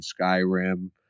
Skyrim